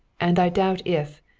and i doubt if,